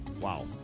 Wow